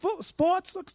sports